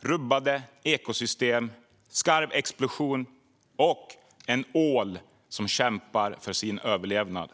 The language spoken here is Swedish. rubbade ekosystem, skarvexplosion och ål som kämpar för sin överlevnad.